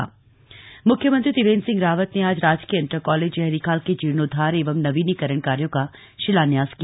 मुख्यमंत्री शिलान्यास मुख्यमंत्री त्रिवेन्द्र सिंह रावत ने आज राजकीय इण्टर कॉलेज जयहरीखाल के जीर्णोद्धार एवं नवीनीकरण कार्यों का शिलान्यास किया